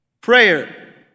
Prayer